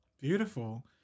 Beautiful